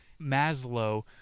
Maslow